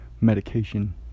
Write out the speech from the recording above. medication